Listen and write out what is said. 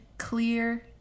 clear